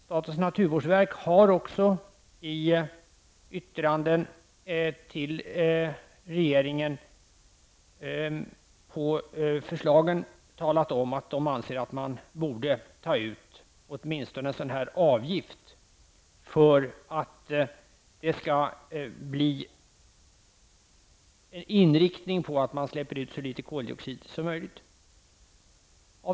Statens naturvårdsverk har också i yttranden till regeringen om förslagen talat om att man anser att det borde åtminstone tas ut en avgift för att det skall bli en inriktning på att släppa ut så litet koldioxid som möjligt. Herr talman!